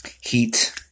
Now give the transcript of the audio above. heat